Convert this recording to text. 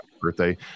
birthday